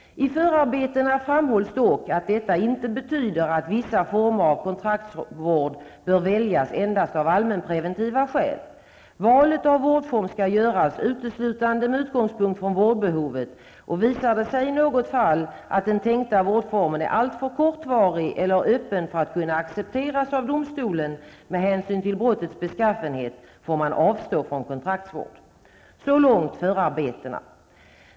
I förarbetena framhålls dock att detta inte betyder att vissa former av kontraktsvård bör väljas endast av allmänpreventiva skäl. Valet av vårdform skall göras uteslutande med utgångspunkt i vårdbehovet, och visar det sig i något fall att den tänkta vårdformen är alltför kortvarig eller öppen för att kunna accepteras av domstolen med hänsyn till brottets beskaffenhet, får man avstå från kontraktsvård. Så långt förarbetena.